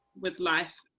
with life